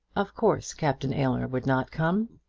of course, captain aylmer would not come!